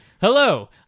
hello